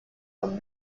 von